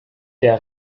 der